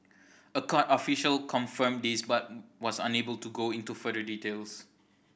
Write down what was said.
a court official confirmed this but was unable to go into further details